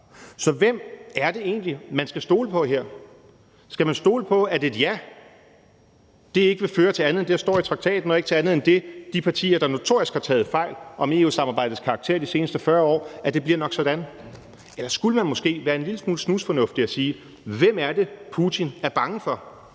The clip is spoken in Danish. Så hvem er det egentlig, man skal stole på her? Skal man stole på, at et ja ikke vil føre til andet end det, der står i traktaten, og ikke til andet end det, de partier, der notorisk har taget fejl om EU-samarbejdets karakter de seneste 40 år, siger? Eller skulle man måske være en lille smule snusfornuftig og sige: Hvem er det, Putin er bange for?